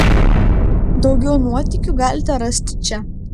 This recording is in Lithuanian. daugiau nuotykių galite rasti čia